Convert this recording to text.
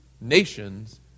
nations